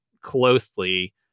closely